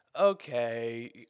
okay